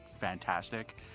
fantastic